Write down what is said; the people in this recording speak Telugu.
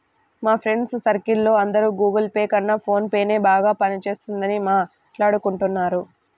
మా ఫ్రెండ్స్ సర్కిల్ లో అందరూ గుగుల్ పే కన్నా ఫోన్ పేనే బాగా పని చేస్తున్నదని మాట్టాడుకుంటున్నారు